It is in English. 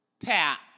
Pat